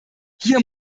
hier